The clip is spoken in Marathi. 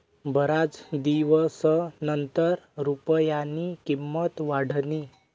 बराच दिवसनंतर रुपयानी किंमत वाढनी